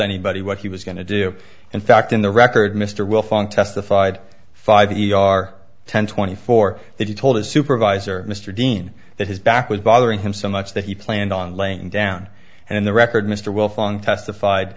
anybody what he was going to do in fact in the record mr wilfong testified five the e r ten twenty four that he told his supervisor mr dean that his back was bothering him so much that he planned on laying down and the record mr wilfong testified